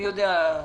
אני יודע,